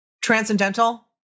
transcendental